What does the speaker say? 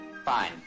Fine